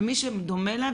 ומי שדומה לה,